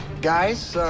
guys,